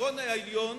בעשירון העליון,